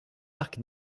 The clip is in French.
arcs